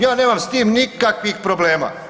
Ja nemam s tim nikakvih problema.